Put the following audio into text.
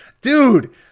Dude